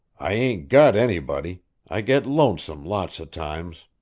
i ain't got anybody i get lonesome lots of times.